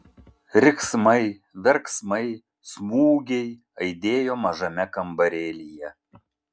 riksmai verksmai smūgiai aidėjo mažame kambarėlyje